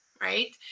Right